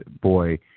boy